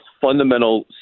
fundamental